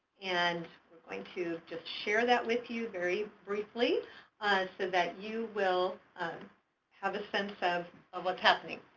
and going to just share that with you very briefly so that you will um have a sense of of what's happening.